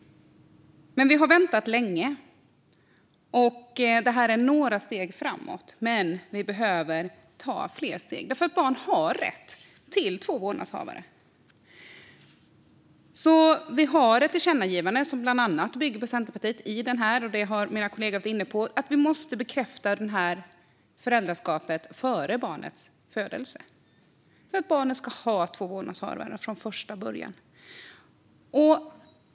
Vi har väntat länge. Det här är några steg framåt, men vi behöver ta fler steg. Barn har rätt till två vårdnadshavare. Betänkandet innehåller ett förslag till tillkännagivande som bland annat bygger på Centerpartiets förslag och som mina kollegor har varit inne på: Vi måste bekräfta föräldraskapet före barnets födelse för att barnet ska ha två vårdnadshavare från första början.